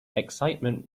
excitement